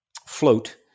float